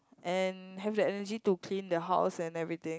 and have the energy to clean the house and everything